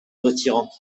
retirant